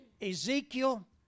Ezekiel